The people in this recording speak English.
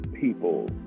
people